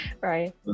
Right